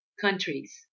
countries